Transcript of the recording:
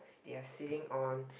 they are sitting on